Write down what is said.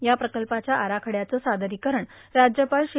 या प्रकल्पाच्या आराखड्याचं सादरोकरण राज्यपाल श्री